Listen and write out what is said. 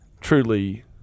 truly